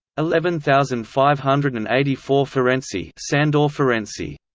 eleven thousand five hundred and eighty four ferenczi so and ferenczi